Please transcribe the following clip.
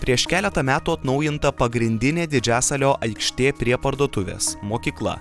prieš keletą metų atnaujinta pagrindinė didžiasalio aikštė prie parduotuvės mokykla